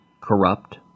corrupt